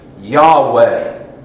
Yahweh